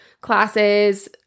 classes